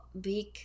big